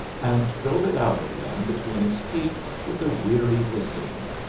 and drove it out again between his teeth with a weary hissing.